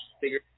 figure